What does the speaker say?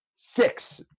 Six